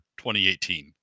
2018